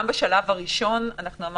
בשלב הראשון היו